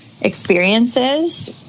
experiences